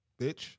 bitch